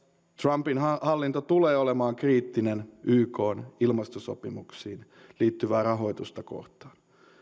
trumpin hallinto tulee olemaan kriittinen ykn ilmastosopimuksiin liittyvää rahoitusta kohtaan